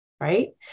right